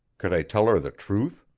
could i tell her the truth?